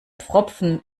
pfropfen